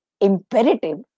imperative